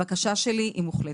הבקשה שלי מוחלטת.